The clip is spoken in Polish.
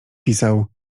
pisał